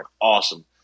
awesome